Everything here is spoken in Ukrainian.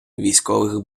військових